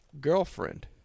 girlfriend